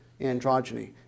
androgyny